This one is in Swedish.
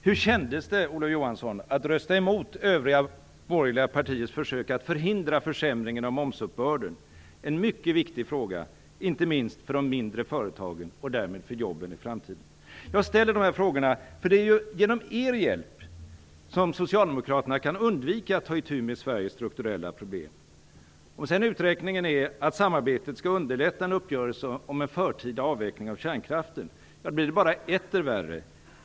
Hur kändes det, Olof Johansson, att rösta emot övriga borgerliga partiers försök att förhindra försämringen av momsuppbörden - en mycket viktig fråga, inte minst för de mindre företagen och därmed för jobben i framtiden? Jag ställer dessa frågor därför att det ju är genom er hjälp som Socialdemokraterna kan undvika att ta itu med Sveriges strukturella problem. Om sedan uträkningen är att samarbetet skall underlätta en uppgörelse om en förtida avveckling av kärnkraften, blir det bara etter värre.